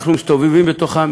אנחנו מסתובבים בתוכם,